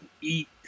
eat